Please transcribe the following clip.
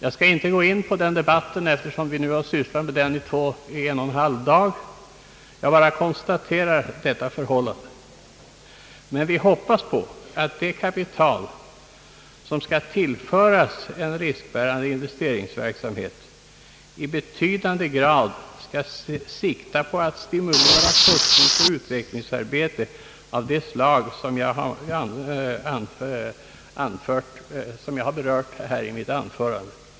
Jag skall inte gå in på den debatten eftersom vi nu har sysslat med den under en och en halv dag. Jag bara konstaterar detta förhållande. Men vi hoppas på att det kapital som skall tillföras en riskbärande investeringsverksamhet i betydande grad skall sikta på att stimulera forskning och utvecklingsarbete av det slag som jag har berört i mitt anförande.